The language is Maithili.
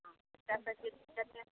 हँ एकरा प्रति उत्तर दिअ